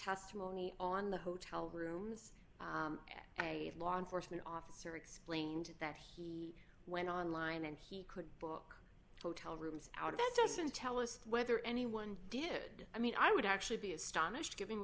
testimony on the hotel rooms a law enforcement officer explained that he went online and he could book hotel rooms out of it doesn't tell us whether anyone did i mean i would actually be astonished giv